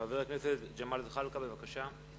חבר הכנסת ג'מאל זחאלקה, בבקשה.